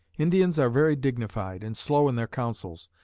indians are very dignified and slow in their councils.